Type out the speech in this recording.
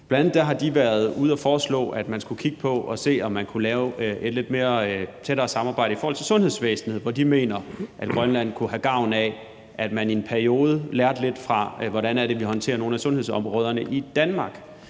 Bl.a. har de været ude at foreslå, at man skulle kigge på, om man kunne lave et lidt mere tæt samarbejde i forhold til sundhedsvæsenet, hvor de mener, at Grønland kunne have gavn af, at man i en periode lærte lidt om, hvordan det er, vi håndterer nogle af sundhedsområderne i Danmark.